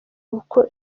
uko